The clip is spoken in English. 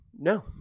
no